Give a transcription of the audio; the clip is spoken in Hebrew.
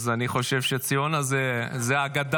אז אני חושב שציונה זה אגדה.